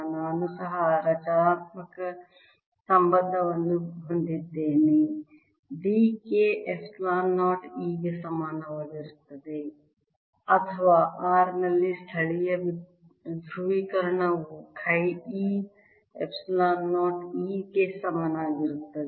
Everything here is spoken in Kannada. ನಾನು ಸಹ ರಚನಾತ್ಮಕ ಸಂಬಂಧವನ್ನು ಹೊಂದಿದ್ದೇನೆ D K ಎಪ್ಸಿಲಾನ್ 0 E ಗೆ ಸಮಾನವಾಗಿರುತ್ತದೆ ಅಥವಾ r ನಲ್ಲಿ ಸ್ಥಳೀಯ ಧ್ರುವೀಕರಣವು ಚಿ E ಎಪ್ಸಿಲಾನ್ 0 E ಗೆ ಸಮಾನವಾಗಿರುತ್ತದೆ